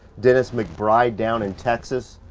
dennis mcbride down in texas.